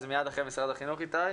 אז מיד אחרי משרד החינוך איתי.